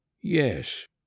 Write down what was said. Yes